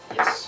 Yes